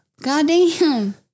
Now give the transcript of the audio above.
Goddamn